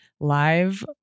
live